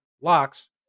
locks